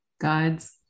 Guides